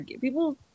People